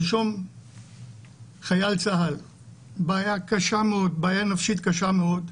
שלשום חייל צה"ל עם בעיה נפשית קשה מאוד,